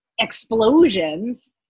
explosions